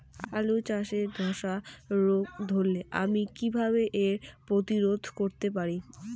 আলু চাষে ধসা রোগ ধরলে আমি কীভাবে এর প্রতিরোধ করতে পারি?